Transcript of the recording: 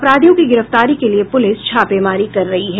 अपराधियों की गिरफ्तारी के लिये पुलिस छापेमारी कर रही है